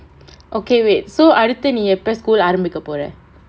okay wait so அடுத்து நீ எப்ப:aduthu nee eppa school ஆரம்பிக்க போற:aarambikka pora